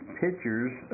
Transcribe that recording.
pictures